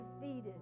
defeated